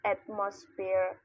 Atmosphere